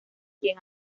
quien